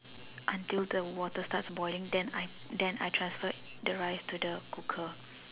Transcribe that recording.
until the water starts boiling then I then I transfer the rice to the cooker